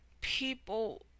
people